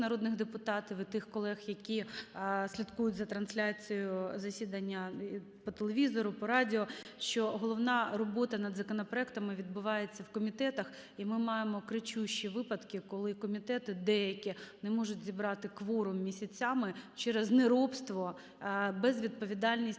народних депутатів, і тих колег, які слідкують за трансляцією засідання по телевізору, по радіо, що головна робота над законопроектами відбувається у комітетах. І ми маємо кричущі випадки, коли комітети деякі не можуть зібрати кворум місяцями через неробство, безвідповідальність